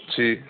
جی